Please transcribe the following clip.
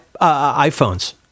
iPhones